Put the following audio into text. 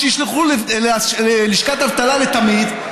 או שישלחו ללשכת אבטלה לתמיד,